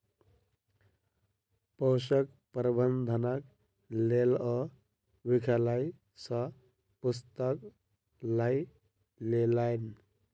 पोषक प्रबंधनक लेल ओ विद्यालय सॅ पुस्तक लय लेलैन